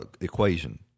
equation